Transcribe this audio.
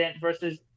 versus